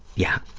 yeah,